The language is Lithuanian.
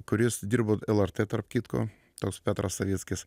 kuris dirbo lrt tarp kitko toks petras savickis